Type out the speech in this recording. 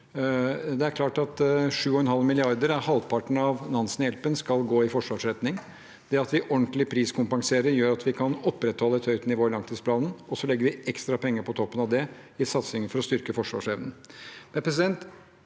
Det er klart at 7,5 mrd. kr, halvparten av Nansen-hjelpen, skal gå i Forsvarets retning. Det at vi ordentlig priskompenserer, gjør at vi kan opprettholde et høyt nivå i langtidsplanen, og så legger vi ekstra penger på toppen av det i satsingen for å styrke forsvarsevnen.